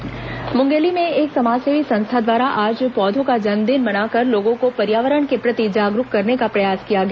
मुंगेली पौधा जन्मदिन मुंगेली में एक समाजसेवी संस्था द्वारा आज पौधों का जन्मदिन मनाकर लोगों को पर्यावरण के प्रति जागरूक करने का प्रयास किया गया